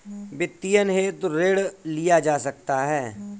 वित्तीयन हेतु ऋण लिया जा सकता है